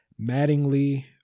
Mattingly